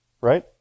Right